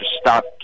stop